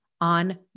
on